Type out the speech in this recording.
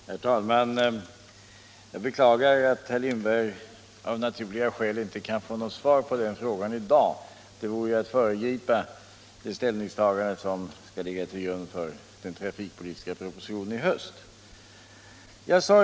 Herr talman! Jag beklagar att herr Lindberg av naturliga skäl inte kan få något svar på den frågan i dag — det vore ju att föregripa det ställningstagande som skall ligga till grund för den trafikpolitiska propositionen i höst. Jag sad?